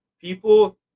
people –